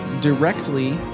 directly